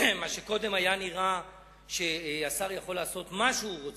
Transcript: קודם היה נראה שהשר יכול לעשות מה שהוא רוצה,